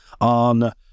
on